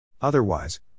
Otherwise